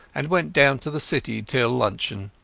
and went down to the city till luncheon.